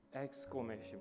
Exclamation